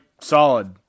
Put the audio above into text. solid